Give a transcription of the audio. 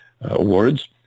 Awards